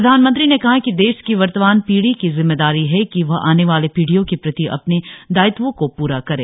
प्रधानमंत्री ने कहा कि देश की वर्तमान पीढ़ी की जिम्मेदारी है कि वह आने वाली पीढियों के प्रति अपने दायित्वों को पूरा करे